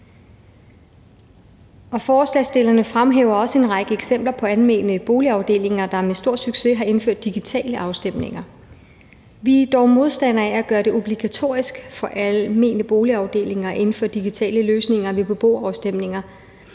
Forslagsstillerne fremhæver også en række eksempler på almene boligafdelinger, der med stor succes har indført digitale afstemninger. Vi er dog modstandere af at gøre det obligatorisk for almene boligafdelinger at indføre digitale løsninger ved beboerafstemninger,